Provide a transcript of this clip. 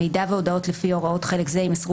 מידע והודעות לפי הוראות חלק זה יימסרו